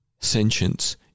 sentience